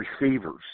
receivers